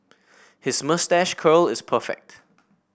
his moustache curl is perfect